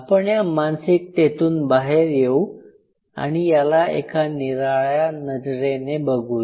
आपण या मानसिकतेतून बाहेर येऊ आणि याला एक निराळ्या नजरेने बघूया